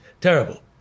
terrible